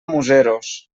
museros